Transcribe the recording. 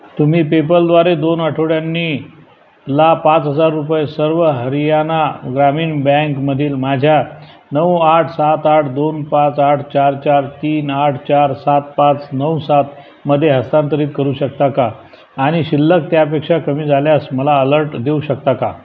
तुम्ही पेपलद्वारे दोन आठवड्यांनी ला पाच हजार रुपये सर्व हरियाणा ग्रामीण बँकमधील माझ्या नऊ आठ सात आठ दोन पाच आठ चार चार तीन आठ चार सात पाच नऊ सात मध्ये हस्तांतरित करू शकता का आणि शिल्लक त्यापेक्षा कमी झाल्यास मला अलर्ट देऊ शकता का